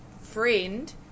friend